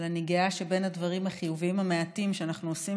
אבל אני גאה שאחד הדברים החיוביים המעטים שאנחנו עושים